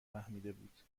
فهمیدهبود